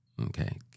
Okay